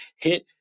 hit